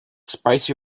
spicy